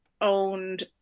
owned